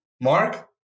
Mark